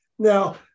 Now